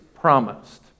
promised